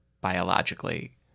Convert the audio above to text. biologically